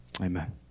Amen